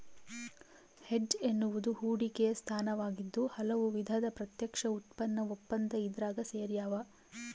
hedge ಎನ್ನುವುದು ಹೂಡಿಕೆಯ ಸ್ಥಾನವಾಗಿದ್ದು ಹಲವು ವಿಧದ ಪ್ರತ್ಯಕ್ಷ ಉತ್ಪನ್ನ ಒಪ್ಪಂದ ಇದ್ರಾಗ ಸೇರ್ಯಾವ